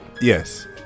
Yes